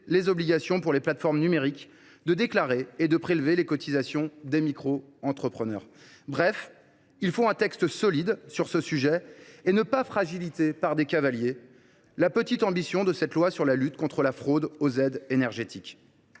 les obligations des plateformes numériques de déclarer et de prélever les cotisations des microentrepreneurs. Bref, il faut un texte solide sur ce sujet et ne pas fragiliser par des cavaliers législatifs la faible ambition de cette proposition de loi de lutter contre la fraude aux aides énergétiques.